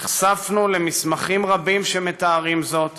נחשפנו למסמכים רבים שמתארים זאת